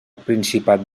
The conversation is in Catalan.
principat